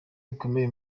bikomeye